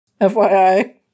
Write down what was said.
fyi